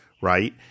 Right